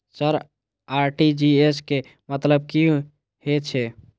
Sir RTGS के मतलब की हे छे?